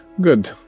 Good